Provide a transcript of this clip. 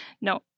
No